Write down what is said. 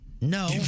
No